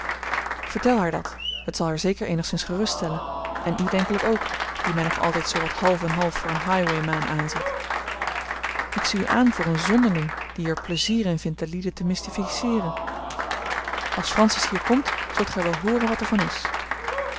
vertel haar dat het zal haar zeker eenigszins geruststellen en u denkelijk ook die mij nog altijd zoo wat half en half voor een highwayman aanziet ik zie u aan voor een zonderling die er pleizier in vindt de lieden te mystificeeren als francis hier komt zult gij wel hooren wat er van is